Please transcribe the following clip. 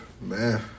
man